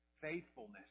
faithfulness